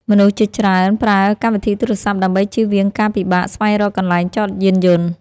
មនុស្សជាច្រើនប្រើកម្មវិធីទូរសព្ទ ដើម្បីជៀសវាងការពិបាកស្វែងរកកន្លែងចតយានយន្ត។